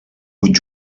vuit